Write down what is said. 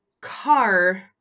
car